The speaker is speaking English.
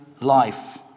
life